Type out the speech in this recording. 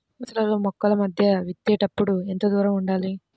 వరసలలో మొక్కల మధ్య విత్తేప్పుడు ఎంతదూరం ఉండాలి?